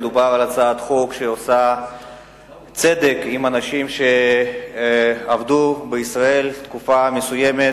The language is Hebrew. מדובר בהצעת חוק שעושה צדק עם אנשים שעבדו בישראל תקופה מסוימת,